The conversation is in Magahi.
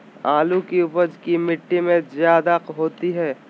आलु की उपज की मिट्टी में जायदा होती है?